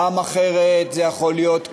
פעם אחרת זה יכול להיות קמע,